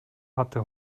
hatte